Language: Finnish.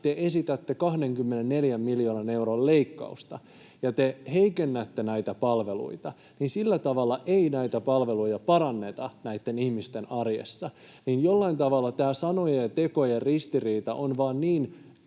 te esitätte 24 miljoonan euron leikkausta ja te heikennätte näitä palveluita, niin sillä tavalla ei näitä palveluita paranneta näitten ihmisten arjessa. Jollain tavalla tämä sanojen ja tekojen ristiriita on vain niin